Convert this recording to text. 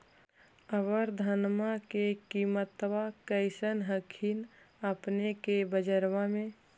अबर धानमा के किमत्बा कैसन हखिन अपने के बजरबा में?